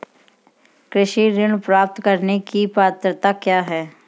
कृषि ऋण प्राप्त करने की पात्रता क्या है?